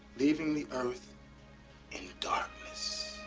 leaving the earth in darkness. oh.